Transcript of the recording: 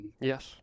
yes